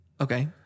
Okay